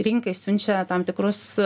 rinkai siunčia tam tikrus